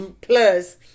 plus